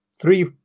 three